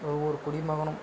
ஒவ்வொரு குடிமகனும்